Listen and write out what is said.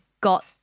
got